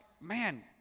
man